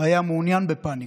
היה מעוניין בפניקה,